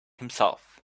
himself